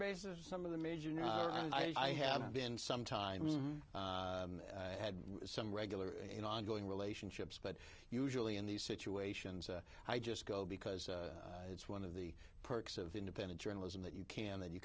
basis some of the major not i have been sometimes had some regular ongoing relationships but usually in these situations i just go because it's one of the perks of independent journalism that you can that you